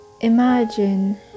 Imagine